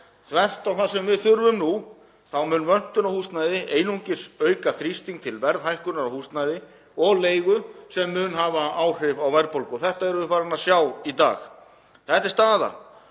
Þvert á það sem við þurfum nú mun vöntun á húsnæði einungis auka þrýsting til verðhækkunar á húsnæði og leigu sem mun hafa áhrif á verðbólgu. Þetta erum við farin að sjá í dag. Þetta er staðan